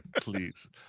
Please